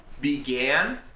began